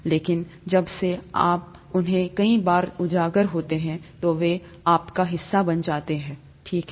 लेकिन जब से आप उन्हें कई बार उजागर होते हैं तो वे आपका हिस्सा बन जाते हैं ठीक है